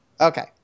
okay